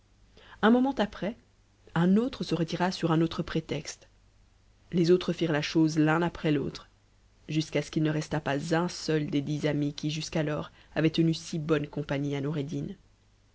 un moment après un autre se retira sur un autre prétexte les autres firent la t chose l'un après l'autre jusqu'à ce qu'il ne resta pas un seul des dix anti qui jusqu'alors avaient tenu si bonne compagnie à noureddin